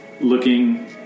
looking